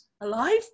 alive